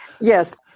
Yes